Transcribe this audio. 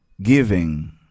giving